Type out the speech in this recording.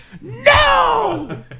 No